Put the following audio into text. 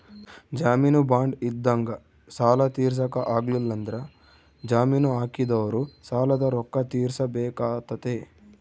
ಜಾಮೀನು ಬಾಂಡ್ ಇದ್ದಂಗ ಸಾಲ ತೀರ್ಸಕ ಆಗ್ಲಿಲ್ಲಂದ್ರ ಜಾಮೀನು ಹಾಕಿದೊರು ಸಾಲದ ರೊಕ್ಕ ತೀರ್ಸಬೆಕಾತತೆ